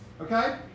Okay